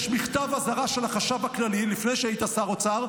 יש מכתב אזהרה של החשב הכללי לפני שהיית שר אוצר,